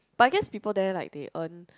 but I guess people there like they earn